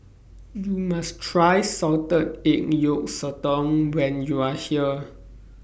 YOU must Try Salted Egg Yolk Sotong when YOU Are here